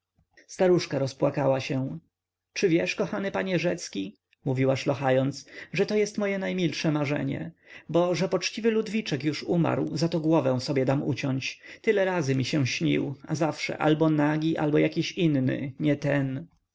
staruszka rozpłakała się czy wiesz kochany panie rzecki mówiła szlochając że to jest moje najmilsze marzenie bo że poczciwy ludwiczek już umarł zato głowę sobie dam uciąć tyle razy mi się śnił a zawsze albo nagi albo jakiś inny nie ten